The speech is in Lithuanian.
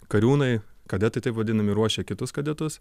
kariūnai kadetai taip vadinami ruošia kitus kadetus